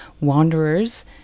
Wanderers